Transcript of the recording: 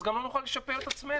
אז גם לא נוכל לשפר את עצמנו,